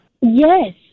Yes